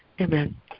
Amen